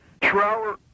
Trower